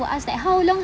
will ask like how long